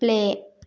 play